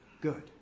good